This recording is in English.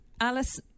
Alice